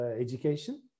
education